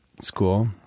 school